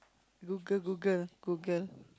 Google Google Google